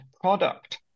product